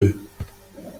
nan